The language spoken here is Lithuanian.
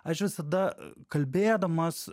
aš visada kalbėdamas